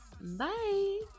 Bye